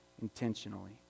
intentionally